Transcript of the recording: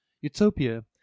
Utopia